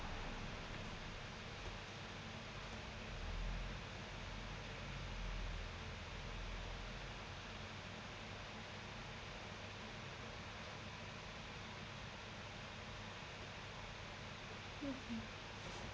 mmhmm